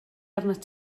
arnat